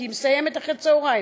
כי היא מסיימת אחר הצהריים,